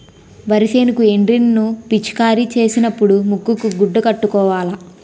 వరి సేనుకి ఎండ్రిన్ ను పిచికారీ సేసినపుడు ముక్కుకు గుడ్డ కట్టుకోవాల